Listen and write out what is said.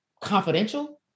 confidential